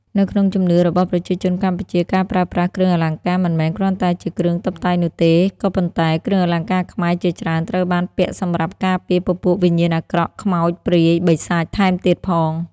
នៅក្នុងជំនឿរបស់ប្រជាជនកម្ពុជាការប្រើប្រាស់ គ្រឿងអលង្ការ មិនមែនគ្រាន់តែជាគ្រឿងតុបតែងនោះទេ ក៏ប៉ុន្តែគ្រឿងអលង្កាខ្មែរជាច្រើនត្រូវបានពាក់សម្រាប់ការពារពពួកវិញ្ញាណអាក្រក់ ខ្មោច ព្រាយ បិសាចថែមទៀតផង។